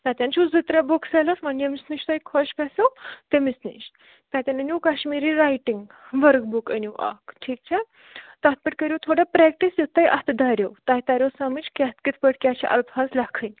تَتیٚن چھ زٕ ترےٚ بُک سیٚلَر ونۍ ییٚمِس نِش تۄہہِ خۄش گَژھیٚو تٔمس نش تَتیٚن أنِو کشمیٖری رایٹِنٛگ ؤرک بُک أنِو اکھ ٹھیٖک چھَ تتھ پیٚٹھ کٔرِو تھوڑا پریٚکٹِس یُتھ تۄہہِ اَتھٕ دَریٚو تۄہہِ تَریٚو سمجھ کیاہ کتھ پٲٹھۍ کیاہ چھِ الفاظ لیٚکھِن